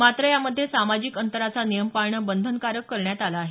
मात्र यामध्ये सामाजिक अंतराचा नियम पाळणे बंधनकारक करण्यात आले आहे